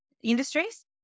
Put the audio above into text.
industries